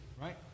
right